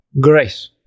Grace